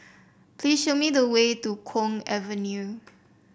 please show me the way to Kwong Avenue